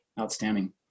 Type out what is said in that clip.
Outstanding